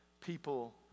people